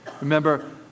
Remember